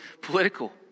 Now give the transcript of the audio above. political